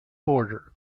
border